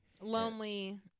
lonely